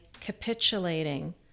capitulating